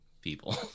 people